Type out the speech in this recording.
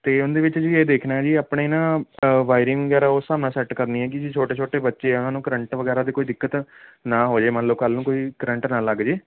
ਅਤੇ ਉਹਦੇ ਵਿੱਚ ਜੀ ਇਹ ਦੇਖਣਾ ਜੀ ਆਪਣੇ ਨਾ ਵਾਇਰਿੰਗ ਵਗੈਰਾ ਉਸ ਹਿਸਾਬ ਨਾਲ ਸੈੱਟ ਕਰਨੀ ਹੈ ਜੀ ਛੋਟੇ ਛੋਟੇ ਬੱਚੇ ਆ ਉਹਨਾਂ ਨੂੰ ਕਰੰਟ ਵਗੈਰਾ ਦੇ ਕੋਈ ਦਿੱਕਤ ਨਾ ਹੋ ਜੇ ਮੰਨ ਲਓ ਕੱਲ੍ਹ ਨੂੰ ਕੋਈ ਕਰੰਟ ਨਾ ਲੱਗ ਜੇ